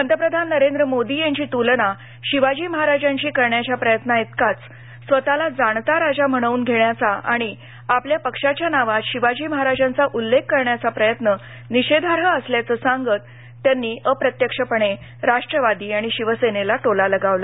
पंतप्रधान नरेंद्र मोदीयांची तुलना शिवाजी महाराजांशी करण्याचा प्रयत्नाइतकंच स्वतःला जाणता राजा म्हणवून घेत असल्याच्या प्रयत्नाचा आणि आपल्या पक्षाच्या नावात शिवाजी महाराजांचा उल्लेख करण्याचा प्रयत्न निषेधार्ह असल्याचं सांगत त्यानी अप्रत्यक्षपणे राष्ट्रवादी आणि शिवसेनेला टोला लगावला